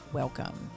welcome